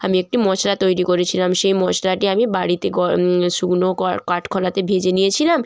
আমি একটি মশলা তৈরি করেছিলাম সেই মশলাটি আমি বাড়িতে শুকনো কাঠখোলাতে ভেজে নিয়েছিলাম